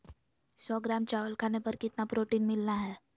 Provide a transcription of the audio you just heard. सौ ग्राम चावल खाने पर कितना प्रोटीन मिलना हैय?